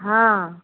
हाँ